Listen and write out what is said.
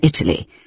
Italy